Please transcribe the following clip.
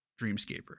dreamscaper